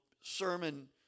sermon